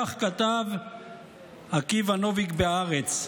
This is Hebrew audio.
כך כתב עקיבא נוביק בהארץ.